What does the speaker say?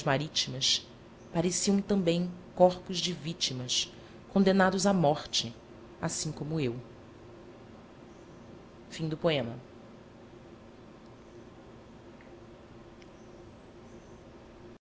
marítimas pareciam também corpos de vítimas condenados à morte assim como eu meu